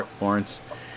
Lawrence